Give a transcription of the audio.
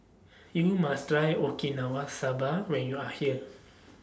YOU must Try Okinawa Soba when YOU Are here